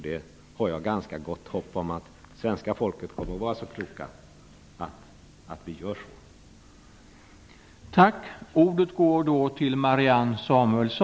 Jag har ganska gott hopp om att svenska folket kommer att vara så klokt att man röstar nej.